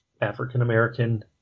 African-American